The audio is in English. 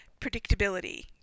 predictability